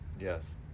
yes